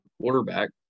quarterback